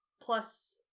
plus